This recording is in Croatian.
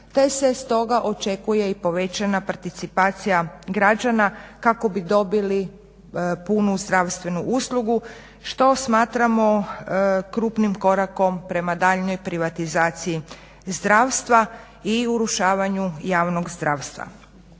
te se stoga očekuje i povećana participacija građana kako bi dobili punu zdravstvenu uslugu što smatramo krupnim korakom prema daljnjoj privatizaciji zdravstva i urušavanju javnog zdravstva.